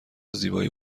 زیبایی